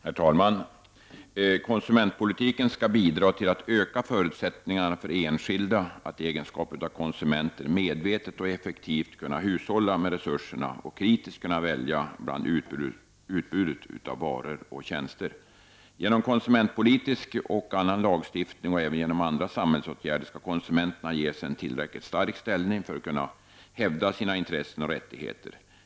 Herr talman! Konsumentpolitiken skall bidra till att öka förutsättningarna för enskilda att i egenskap av konsumenter medvetet och effektivt kunna hushålla med resurserna och kritiskt kunna välja bland utbudet av varor och tjänster. Genom konsumentpolitisk och annan lagstiftning och även genom andra samhällsåtgärder skall konsumenterna ges en tillräckligt stark ställning för att kunna hävda sina intressen och rättigheter.